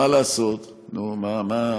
ככה באופן, מה לעשות, נו, מה?